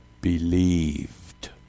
believed